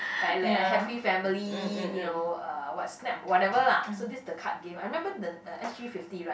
like like a happy family you know uh what snap or whatever lah so this the card game I remember the uh S_G fifty right